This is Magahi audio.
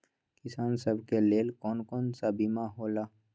किसान सब के लेल कौन कौन सा बीमा होला?